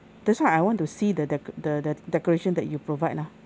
that's why I want to see the deco~ the the decoration that you provide lah